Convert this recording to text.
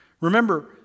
remember